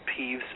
peeves